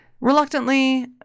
reluctantly –